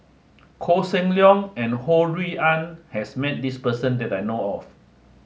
Koh Seng Leong and Ho Rui An has met this person that I know of